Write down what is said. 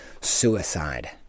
suicide